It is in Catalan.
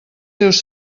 seus